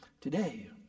Today